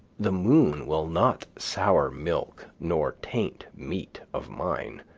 the moon will not sour milk nor taint meat of mine,